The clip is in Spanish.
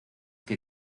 que